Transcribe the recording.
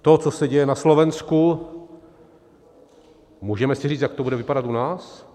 To, co se děje na Slovensku, můžeme si říct, jak to bude vypadat u nás?